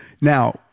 Now